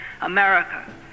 America